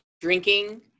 drinking